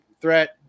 threat